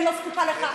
אני לא זקוקה לך.